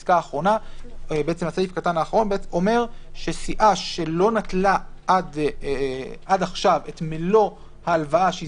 למעשה זה אומר שסיעה שלא נטלה עד עכשיו בכלל את ההלוואה שהיא